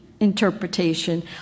Interpretation